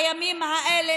בימים האלה,